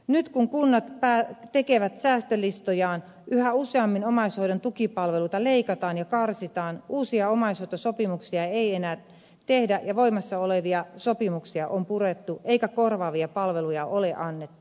nyt kun kunnat tekevät säästölistojaan yhä useammin omaishoidon tukipalveluita leikataan ja karsitaan uusia omaishoitosopimuksia ei enää tehdä ja voimassa olevia sopimuksia on purettu eikä korvaavia palveluja ole annettu